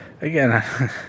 Again